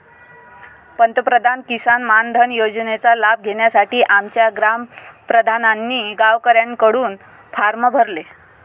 पंतप्रधान किसान मानधन योजनेचा लाभ घेण्यासाठी आमच्या ग्राम प्रधानांनी गावकऱ्यांकडून फॉर्म भरले